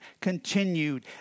continued